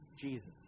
Jesus